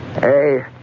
Hey